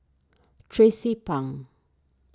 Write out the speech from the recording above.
Tracie Pang